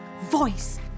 voice